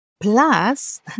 Plus